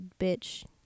bitch